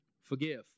Forgive